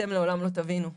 אתם לעולם לא תבינו.